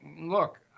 look